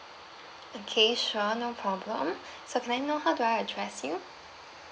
okay sure no problem so can I know how do I address you